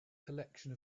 collection